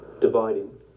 dividing